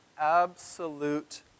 absolute